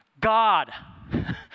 God